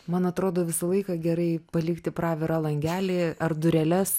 man atrodo visą laiką gerai palikti pravirą langelį ar dureles